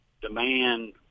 demand